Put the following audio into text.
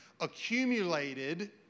accumulated